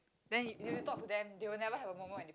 then you you you talk to them they will never have a moment when they